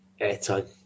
airtime